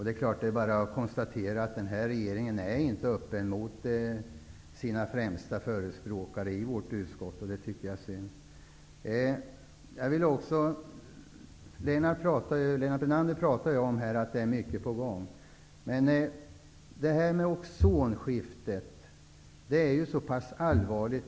Det är bara att konstatera att den här regeringen inte är öppen mot sina främsta förespråkare i vårt utskott. Det tycker jag är synd. Lennart Brunander pratar om att det är mycket på gång. Ozonskiktets tillstånd är mycket allvarligt.